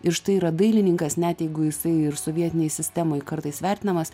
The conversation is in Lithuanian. ir štai yra dailininkas net jeigu jisai ir sovietinėj sistemoj kartais vertinamas